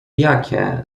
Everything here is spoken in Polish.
jakie